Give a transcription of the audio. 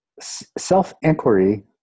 self-inquiry